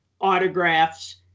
autographs